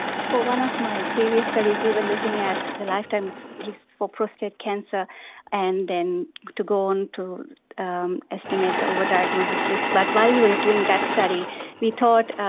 for one of my previous studies we were looking at the lifetime risks like so for prostate cancer and then to go on to estimate the overdiagnosis risk, but while we were doing that study we thought,